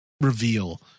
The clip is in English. reveal